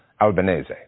Albanese